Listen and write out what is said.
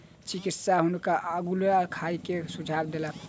चिकित्सक हुनका अउलुआ खाय के सुझाव देलक